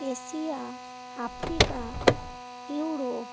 Asia Africa Europe